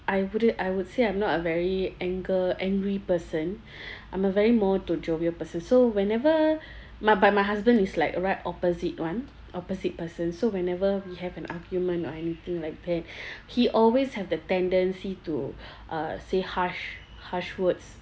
I wouldn't I would say I'm not a very anger angry person I'm a very more to jovial person so whenever my but my husband is like right opposite [one] opposite person so whenever we have an argument or anything like that he always have the tendency to uh say harsh harsh words